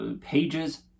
pages